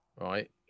right